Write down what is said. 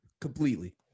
completely